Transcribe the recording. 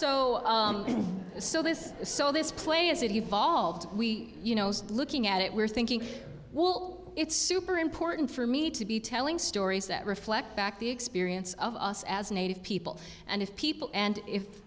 so so this so this play as it evolved we you know looking at it we're thinking it's super important for me to be telling stories that reflect back the experience of us as native people and if people and if